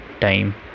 time